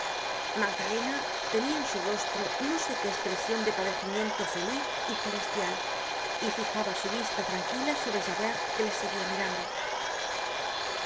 magdalena tenia en su rostro no sé qué espresion de padecimiento feliz y celestial y fijaba su vista tranquila sobre javert que le seguia mirando